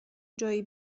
جایی